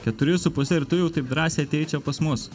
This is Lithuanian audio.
keturi su puse ir tu jau taip drąsiai atėjai čia pas mus